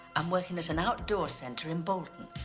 i'm working at an outdoor center in bolton,